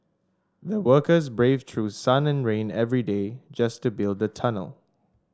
the workers braved through sun and rain every day just to build the tunnel